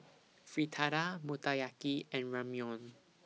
Fritada Motoyaki and Ramyeon